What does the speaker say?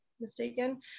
mistaken